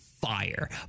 fire